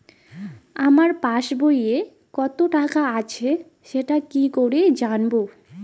আমার পাসবইয়ে কত টাকা আছে সেটা কি করে জানবো?